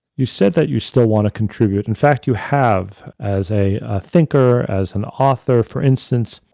you said that you still want to contribute. in fact, you have as a thinker as an author, for instance,